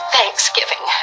Thanksgiving